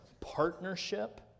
partnership